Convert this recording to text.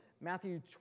Matthew